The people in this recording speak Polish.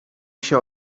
się